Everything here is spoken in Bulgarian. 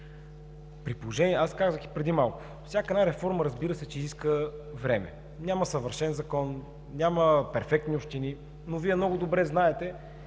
въпрос. Аз казах и преди малко, всяка реформа, разбира се, че иска време, няма съвършен закон, няма перфектни общини, но Вие много добре знаете,